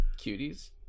cuties